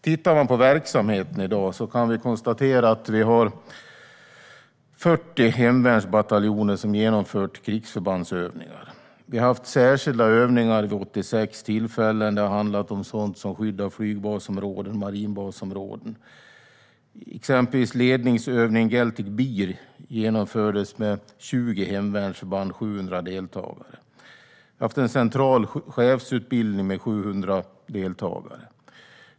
Tittar vi på verksamheten i dag kan vi konstatera att vi har 40 hemvärnsbataljoner som genomfört krigsförbandsövningar. Vi har haft särskilda övningar vid 86 tillfällen. Det har handlat om sådant som skydd av flygbasområden och marinbasområden. Exempelvis har ledningsövningen Geltic Bear med 20 hemvärnsförband och 700 deltagare genomförts. Vi har haft en central chefsutbildning med 700 deltagare.